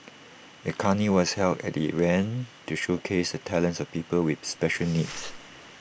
A carnival was held at the event to showcase the talents of people with special needs